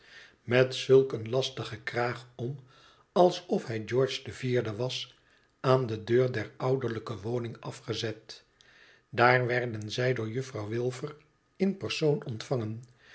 met zulk een lastigen kraag om alsof hij george de vierde was aan de deur der ouderlijke woning afgezet daar werden zij door juffrouw wiki in persoon ontvangen